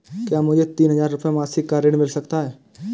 क्या मुझे तीन हज़ार रूपये मासिक का ऋण मिल सकता है?